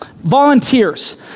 volunteers